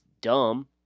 dumb